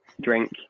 drink